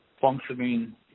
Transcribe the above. functioning